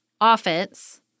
offense